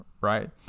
right